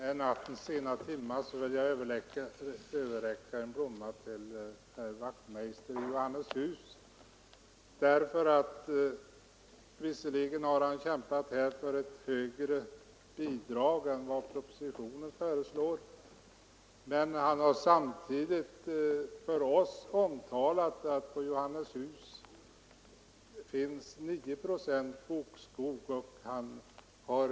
Herr talman! I denna nattens sena timma vill jag överräcka en blomma till herr Wachtmeister i Johnnishus. Visserligen har han här kämpat för ett högre bidrag än vad propositionen föreslår, men han har samtidigt talat om för oss att det på Johannishus finns 9 procent bokskog.